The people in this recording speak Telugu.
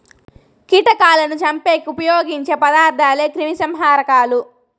కీటకాలను చంపేకి ఉపయోగించే పదార్థాలే క్రిమిసంహారకాలు